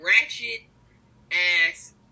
Ratchet-ass